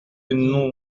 nous